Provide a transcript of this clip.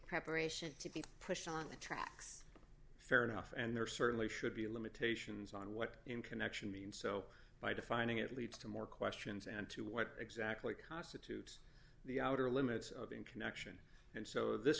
preparation to be pushed on the tracks fair enough and there certainly should be limitations on what in connection means so by defining it leads to more questions and to what exactly constitutes the outer limits of in connection and so this